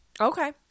Okay